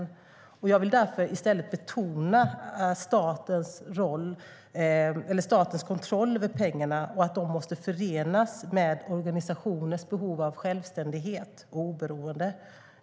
Låt mig därför i stället betona statens kontroll över pengarna och att det måste förenas med organisationers behov av självständighet och oberoende.